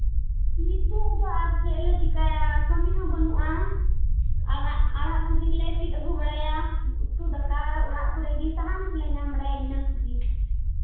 ᱱᱤᱛᱚᱜ ᱫᱚ ᱟᱨ ᱪᱮᱫ ᱞᱮ ᱪᱤᱠᱟᱹᱭᱟ ᱠᱟᱹᱢᱤ ᱦᱚᱸ ᱵᱟᱹᱱᱩᱜᱼᱟ ᱟᱲᱟᱜ ᱟᱲᱟᱜ ᱠᱚᱜᱮᱞᱮ ᱥᱤᱫ ᱟᱹᱜᱩ ᱵᱟᱲᱟᱭᱟ ᱩᱛᱩ ᱫᱟᱠᱟ ᱚᱲᱟᱜ ᱠᱚᱨᱮᱜᱮ ᱥᱟᱦᱟᱱ ᱠᱚᱞᱮ ᱧᱟᱢ ᱵᱟᱲᱟᱭᱟ ᱤᱱᱟᱹ ᱠᱚᱜᱮ